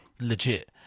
legit